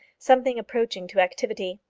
something approaching to activity.